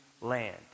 land